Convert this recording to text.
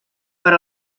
per